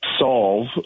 solve